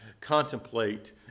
contemplate